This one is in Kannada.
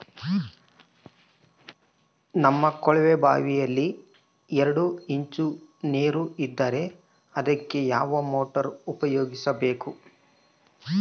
ನಮ್ಮ ಕೊಳವೆಬಾವಿಯಲ್ಲಿ ಎರಡು ಇಂಚು ನೇರು ಇದ್ದರೆ ಅದಕ್ಕೆ ಯಾವ ಮೋಟಾರ್ ಉಪಯೋಗಿಸಬೇಕು?